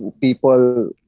people